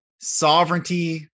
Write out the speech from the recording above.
sovereignty